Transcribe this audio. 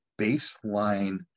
baseline